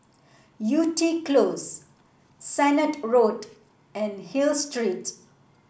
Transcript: Yew Tee Close Sennett Road and Hill Street